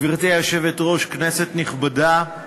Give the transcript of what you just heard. גברתי היושבת-ראש, כנסת נכבדה,